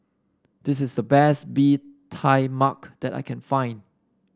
this is the best Bee Tai Mak that I can find